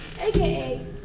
aka